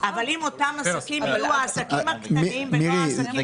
אבל אם אותם עסקים יהיו העסקים הקטנים --- מירי,